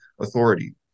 authority